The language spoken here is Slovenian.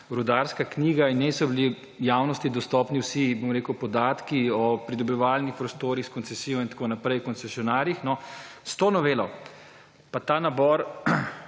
rudarska knjiga in v njej so bili javnosti dostopni vsi, bom rekel, podatki o pridobivalnih(?) prostorih s koncesijo in tako naprej, koncesionarjih, no, s to novelo pa ta nabor,